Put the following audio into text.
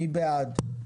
מי בעד?